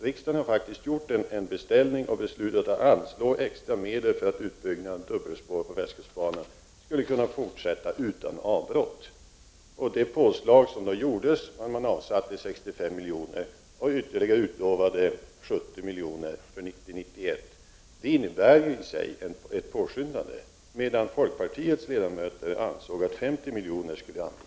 Riksdagen har gjort en beställning och beslutat att anslå extra medel för att utbyggnaden av dubbelspår på västkustbanan skall kunna fortsätta utan avbrott. Det påslag som gjordes när man avsatte 65 milj.kr. och utlovade ytterligare 70 milj.kr. till 1990/91 innebar i och för sig ett påskyndande. Folkpartiets ledamöter ansåg däremot att 50 miljoner skulle anvisas.